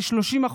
כ-30%,